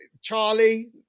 Charlie